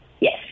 Yes